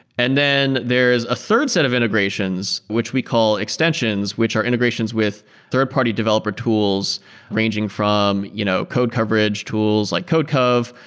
and then there is a third set of integrations, which we call extensions, which are integrations with third-party developer tools ranging from you know code coverage tools, like codecov,